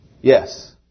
yes